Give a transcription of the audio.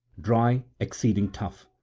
dry, exceeding tough.